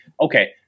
okay